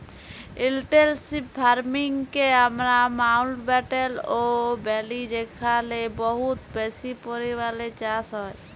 intensive farming কে আমরা মাউল্টব্যাটেল ও ব্যলি যেখালে বহুত বেশি পরিমালে চাষ হ্যয়